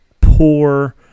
poor